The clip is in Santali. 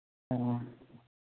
ᱦᱮᱸ ᱢᱟ